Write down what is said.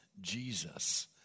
Jesus